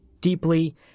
deeply